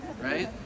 right